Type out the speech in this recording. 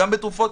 גם בתרופות,